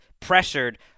pressured